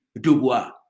Dubois